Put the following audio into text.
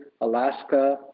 Alaska